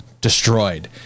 destroyed